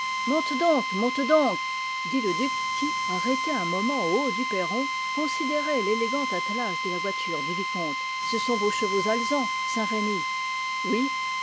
monte donc monte donc dit le duc qui arrêté un moment au haut du perron considérait l'élégant attelage de la voiture du vicomte ce sont vos chevaux alezans saint-remy oui